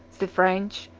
the french,